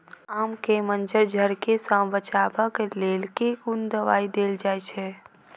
आम केँ मंजर झरके सऽ बचाब केँ लेल केँ कुन दवाई देल जाएँ छैय?